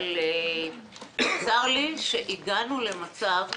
אבל צר לי שהגענו למצב,